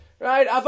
Right